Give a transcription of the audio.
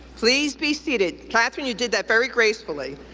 please be seated. katherine, you did that very gracefully.